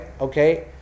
Okay